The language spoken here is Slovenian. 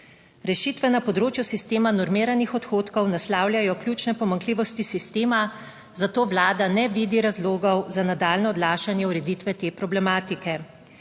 Rešitve na področju sistema normiranih odhodkov naslavljajo ključne pomanjkljivosti sistema, zato Vlada ne vidi razlogov za nadaljnje odlašanje ureditve te problematike.